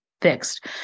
fixed